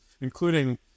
including